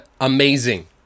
amazing